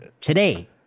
Today